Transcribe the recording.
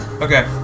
Okay